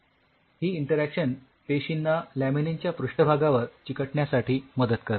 ही interaction पेशींना laminin च्या पृष्ठभागावर चिकटण्यासाठी मदत करते